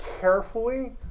carefully